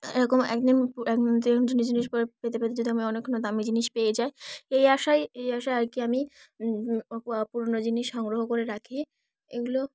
এরকম একদিন পু একদিন পুরনো জিনিস পেতে পেতে যদি আমি অনেকগুলো দামি জিনিস পেয়ে যাই এই আশায় এই আশায় আর কি আমি পুরনো জিনিস সংগ্রহ করে রাখি এগুলো